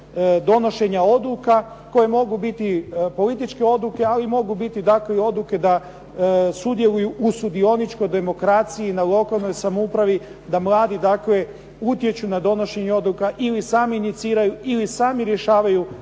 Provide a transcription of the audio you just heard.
donošenja odluka koje mogu biti političke odluke ali mogu biti dakle i odluke da sudjeluju u sudioničkoj demokraciji na lokalnoj samoupravi, da mladi dakle utječu na donošenje odluka ili sami iniciraju, ili sami rješavaju